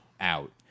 out